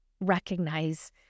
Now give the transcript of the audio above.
recognize